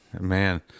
Man